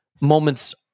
moments